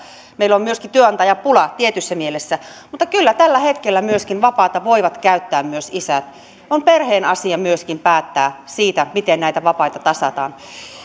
meillä on myöskin työnantajapula tietyssä mielessä mutta kyllä tällä hetkellä vapaata voivat käyttää myös isät on perheen asia myöskin päättää siitä miten näitä vapaita tasataan